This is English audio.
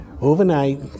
overnight